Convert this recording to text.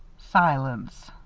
silence.